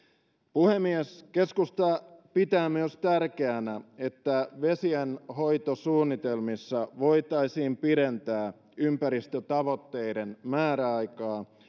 puhemies keskusta pitää myös tärkeänä että vesienhoitosuunnitelmissa voitaisiin pidentää ympäristötavoitteiden määräaikaa